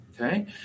Okay